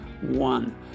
One